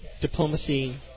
Diplomacy